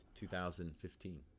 2015